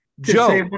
Joe